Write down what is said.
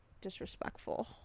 Disrespectful